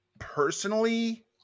personally